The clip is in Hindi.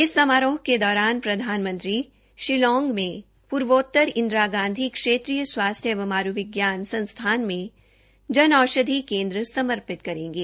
इस समारोह के दौरान प्रधानमंत्री षिलोंग में पूर्वोत्तर इंदिरा गांधी क्षेत्रीय स्वास्थ्य एवं आयुर्विज्ञान संस्थान में जन औषधि केन्द्र समर्पित करेंगे